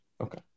Okay